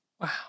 Wow